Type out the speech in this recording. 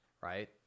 right